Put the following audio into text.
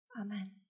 Amen